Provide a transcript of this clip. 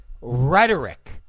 rhetoric